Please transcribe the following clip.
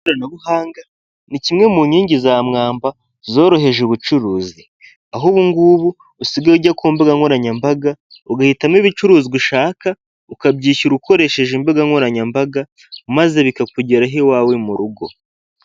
Ikoranabuhanga ni kimwe mu nkingi za mwamba zoroheje ubucuruzi, aho ubu ngubu usigaye ujya ku mbuga nkoranyambaga, ugahitamo ibicuruzwa ushaka ukabyishyura ukoresheje imbuga nkoranyambaga, maze bikakugeraho iwawe mu rugo.